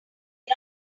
not